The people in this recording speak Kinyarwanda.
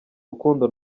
rukundo